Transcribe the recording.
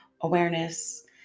awareness